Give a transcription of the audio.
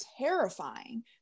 terrifying